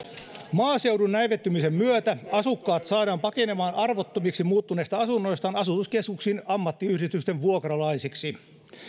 maaseudun näivettämisen myötä asukkaat saadaan pakenemaan arvottomiksi muuttuneista asunnoistaan asutuskeskuksiin ammattiyhdistysten vuokralaisiksi